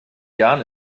jahren